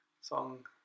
song